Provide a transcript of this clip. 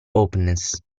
openness